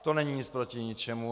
To není nic proti ničemu.